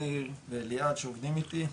מאיר וליאת שעובדים איתי,